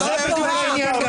--- אני